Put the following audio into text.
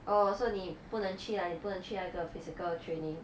oh so 你不能去哪里不能去那个 physical training